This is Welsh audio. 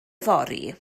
fory